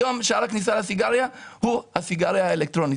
היום שער הכניסה לסיגריה היא הסיגריה האלקטרונית.